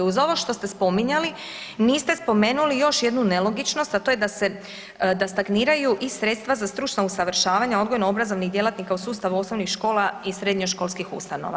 Uz ovo što ste spominjali, niste spomenuli još jednu nelogičnost, a to je da se, da stagniraju i sredstva za stručna usavršavanja odgojno obrazovnih djelatnika u sustavu osnovnih škola i srednjoškolskih ustanova.